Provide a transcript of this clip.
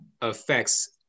affects